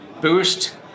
boost